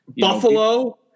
Buffalo